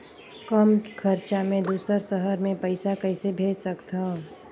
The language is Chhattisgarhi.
कम खरचा मे दुसर शहर मे पईसा कइसे भेज सकथव?